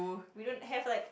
we don't have like